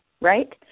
right